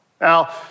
Now